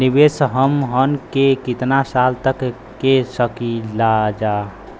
निवेश हमहन के कितना साल तक के सकीलाजा?